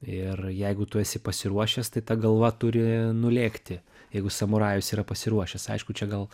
ir jeigu tu esi pasiruošęs tai ta galva turi nulėkti jeigu samurajus yra pasiruošęs aišku čia gal